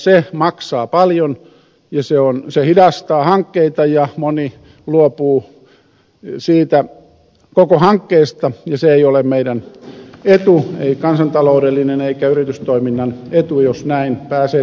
se maksaa paljon ja se hidastaa hankkeita ja moni luopuu siitä koko hankkeesta ja se ei ole meidän etumme ei kansantaloudellinen eikä yritystoiminnan etu jos näin pääsee tapahtumaan